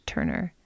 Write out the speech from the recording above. Turner